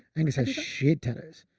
angus has shit tattoos